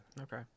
Okay